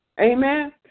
Amen